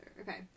Okay